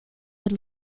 had